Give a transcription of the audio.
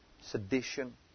Sedition